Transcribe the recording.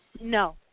No